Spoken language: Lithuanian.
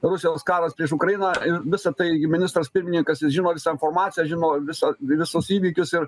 rusijos karas prieš ukrainą ir visa tai gi ministras pirmininkas jis žino visą informaciją žino visą visus įvykius ir